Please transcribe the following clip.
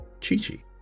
Chichi